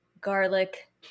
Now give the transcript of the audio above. garlic